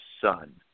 son